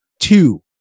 two